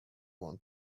want